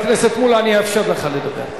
חבר הכנסת מולה, אני אאפשר לך לדבר.